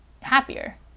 happier